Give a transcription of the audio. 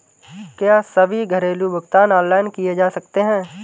क्या सभी घरेलू भुगतान ऑनलाइन किए जा सकते हैं?